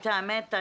את האמת,